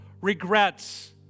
regrets